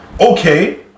okay